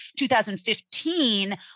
2015